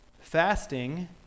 fasting